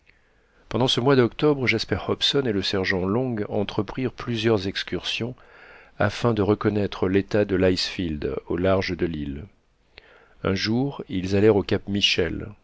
pendant ce mois d'octobre jasper hobson et le sergent long entreprirent plusieurs excursions afin de reconnaître l'état de l'icefield au large de l'île un jour ils allèrent au cap michel